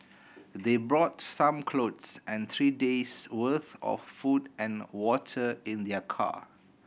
they brought some clothes and three days' worth of food and water in their car